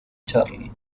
charlie